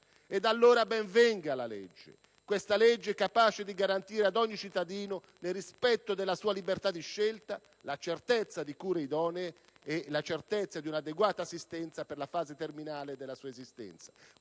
Eluana. Allora, ben venga la legge, questa legge capace di garantire ad ogni cittadino, nel rispetto della sua libertà di scelta, la certezza di cure idonee e di un'adeguata assistenza per la fase terminale dalla sua esistenza,